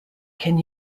can